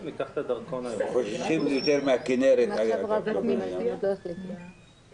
אני יכול להביא, ואני חושב שגם גרוטו הציג פה,